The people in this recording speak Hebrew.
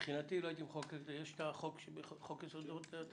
- מבחינתי, יש חוק יסודות התקציב.